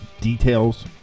details